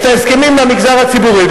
את ההסכמים עם המגזר הציבורי,